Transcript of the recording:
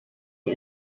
die